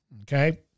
Okay